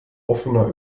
offener